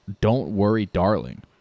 don't-worry-darling